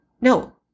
No